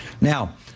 now